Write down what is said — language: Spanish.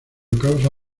causa